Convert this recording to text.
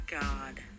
god